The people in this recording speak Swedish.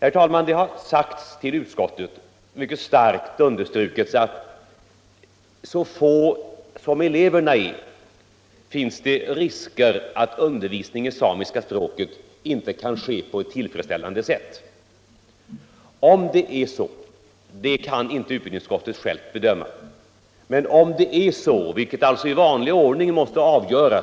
Inför utskottet har mycket starkt understrukits att eftersom eleverna är så få finns det risk för att undervisningen i samiska språket inte kan ske på ett tillfredsställande sätt. Om det är så kan utbildningsutskottet inte självt bedöma, utan det får i vanlig ordning avgöras av de myndigheter som har att bevaka detta.